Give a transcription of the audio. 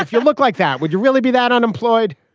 if you look like that. would you really be that unemployed?